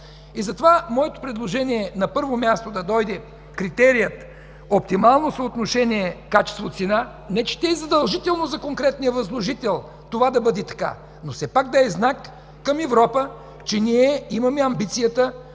Затова моето предложение е: на първо място да дойде критерият оптимално съотношение качество – цена. Не че тя е задължителна за конкретния възложител това да бъде така, но все пак да е знак към Европа, че ние имаме амбицията